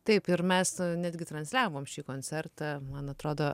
taip ir mes netgi transliavom šį koncertą man atrodo